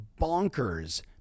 bonkers